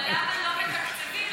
אבל למה לא מתקצבים?